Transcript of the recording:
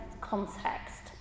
context